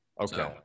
okay